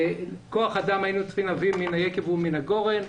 כוח אדם היינו צריכים להביא מן היקב ומן הגורן.